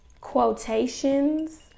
quotations